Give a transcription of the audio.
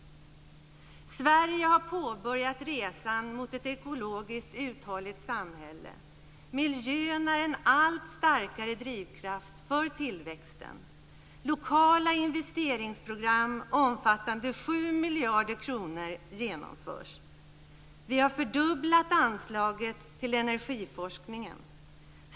Sverige har påbörjat resan mot ett ekologiskt uthålligt samhälle. Miljön är en allt starkare drivkraft för tillväxten. Lokala investeringsprogram omfattande 7 miljarder kronor genomförs. Vi har fördubblat anslaget till energiforskningen.